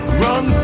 run